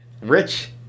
rich